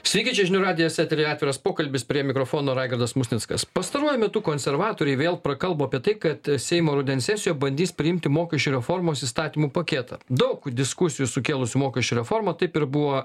sveiki čia žinių radijas etery atviras pokalbis prie mikrofono raigardas musnickas pastaruoju metu konservatoriai vėl prakalbo apie tai kad seimo rudens sesijo bandys priimti mokesčių reformos įstatymų paketą daug diskusijų sukėlusi mokesčių reforma taip ir buvo